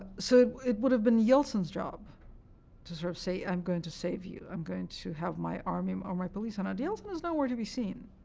so it would have been yeltsin's job to sort of say i'm going to save you. i'm going to have my army or my police. and yeltsin is nowhere to be seen.